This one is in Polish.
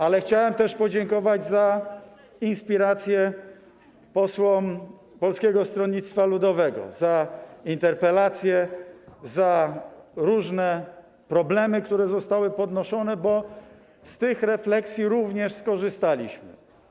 Ale chciałbym też podziękować za inspirację posłom Polskiego Stronnictwa Ludowego: za interpelacje, za różne problemy, które były podnoszone, bo z tych refleksji również skorzystaliśmy.